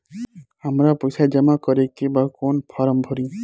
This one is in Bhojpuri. हमरा पइसा जमा करेके बा कवन फारम भरी?